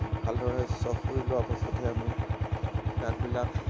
ভালদৰে চহ কৰি লোৱাৰ পাছতহে আমি গাঁতবিলাক